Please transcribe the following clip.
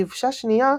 'דבשה שנייה'